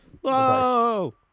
Whoa